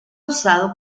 usado